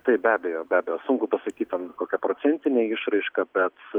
taip be abejo be abejo sunku pasakyt ten kokia procentinė išraiška bet